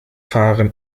fahren